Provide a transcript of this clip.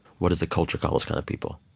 what does a culture call those kind of people?